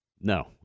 No